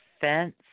fence